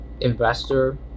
investor